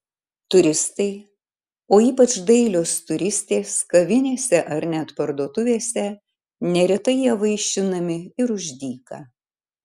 turistai o ypač dailios turistės kavinėse ar net parduotuvėse neretai ja vaišinami ir už dyką